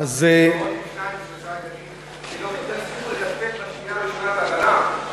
כי לא הספיקו לקפל בשנייה הראשונה את העגלה?